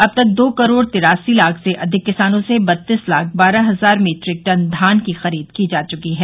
अब तक दो करोड़ तिरासी लाख से अधिक किसानों से बत्तीस लाख बारह हजार मीट्रिक टन धान की खरीद की जा चुकी है